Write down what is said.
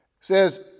says